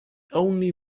only